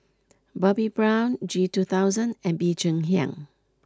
Bobbi Brown G two thousand and Bee Cheng Hiang